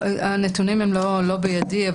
הנתונים הם לא בידי,